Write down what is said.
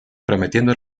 prometiendo